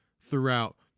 throughout